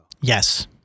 Yes